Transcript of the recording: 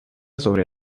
sobre